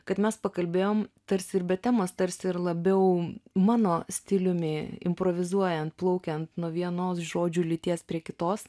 kad mes pakalbėjom tarsi ir be temos tarsi ir labiau mano stiliumi improvizuojant plaukiant nuo vienos žodžių lyties prie kitos